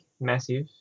massive